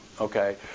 okay